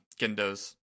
Gendo's